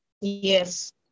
Yes